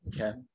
Okay